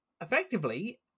effectively